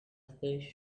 office